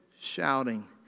shouting